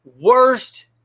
worst